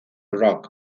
rock